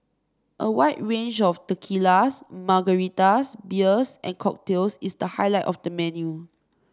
a wide range of tequilas margaritas beers and cocktails is the highlight of the menu